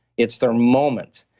it's their moment.